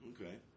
Okay